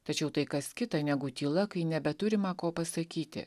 tačiau tai kas kita negu tyla kai nebeturima ko pasakyti